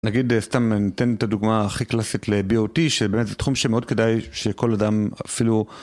נגיד סתם ניתן את הדוגמה הכי קלאסית לBOT שבאמת זה תחום שמאוד כדאי שכל אדם אפילו.